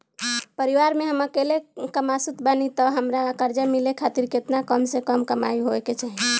परिवार में हम अकेले कमासुत बानी त हमरा कर्जा मिले खातिर केतना कम से कम कमाई होए के चाही?